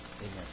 Amen